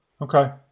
Okay